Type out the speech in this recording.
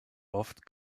oft